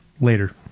Later